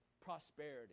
prosperity